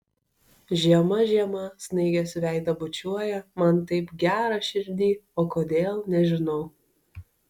žiema žiema snaigės veidą bučiuoja man taip gera širdyj o kodėl nežinau